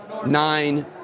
nine